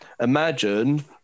Imagine